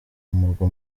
umurwa